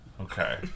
Okay